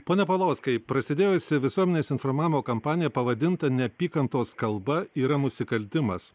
pone paulauskai prasidėjusi visuomenės informavimo kampanija pavadinta neapykantos kalba yra nusikaltimas